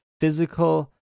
physical